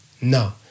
no